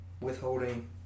withholding